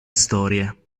storie